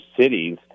cities